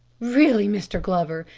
really, mr. glover,